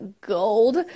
gold